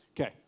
Okay